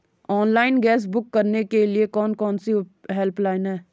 Online gas book करने के लिए कौन कौनसी हेल्पलाइन हैं?